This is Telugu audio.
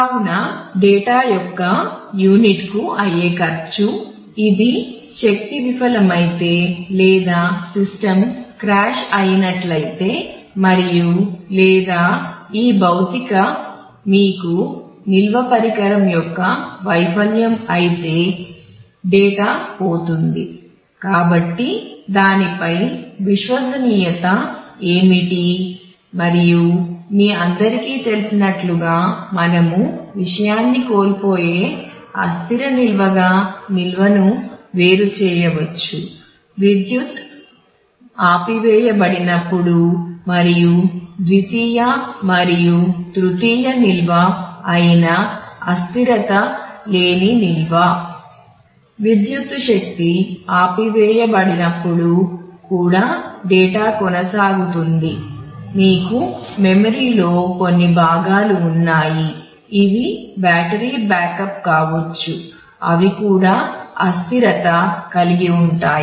కావున డేటా కావచ్చు అవి కూడా అస్థిరత కలిగివుంటాయి